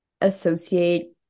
associate